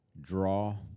draw